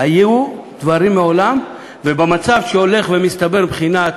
היו דברים מעולם, ובמצב שהולך ומסתבר מבחינת